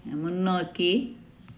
முன்னோக்கி